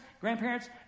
grandparents